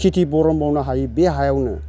खिथि बरनबावनो हायो बे हायावनो